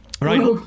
Right